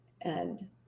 and-